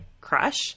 crush